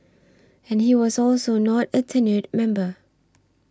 and he was also not a tenured member